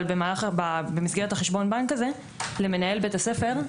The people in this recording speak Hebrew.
אבל במסגרת החשבון הזה למנהל בית הספר,